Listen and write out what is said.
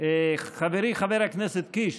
חברי חבר הכנסת קיש,